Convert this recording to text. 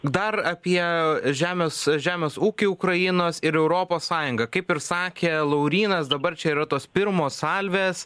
dar apie žemės žemės ūkį ukrainos ir europos sąjungą kaip ir sakė laurynas dabar čia ir yra tos pirmos salvės